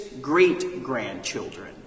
great-grandchildren